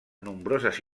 nombroses